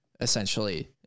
essentially